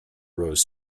rose